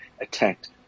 attacked